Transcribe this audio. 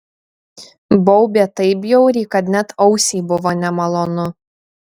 baubė taip bjauriai kad net ausiai buvo nemalonu